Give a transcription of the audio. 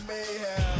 Mayhem